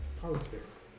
politics